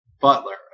Butler